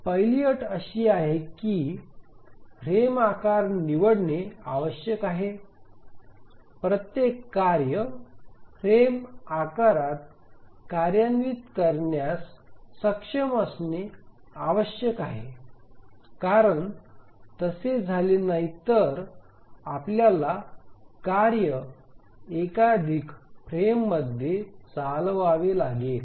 पहिली अट अशी आहे की फ्रेम आकार निवडणे आवश्यक आहे प्रत्येक कार्य फ्रेम आकारात कार्यान्वित करण्यास सक्षम असणे आवश्यक आहे कारण तसे झाले नाही तर आपल्याला कार्य एकाधिक फ्रेममध्ये चालवावे लागेल